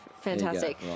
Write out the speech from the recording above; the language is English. Fantastic